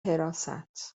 حراست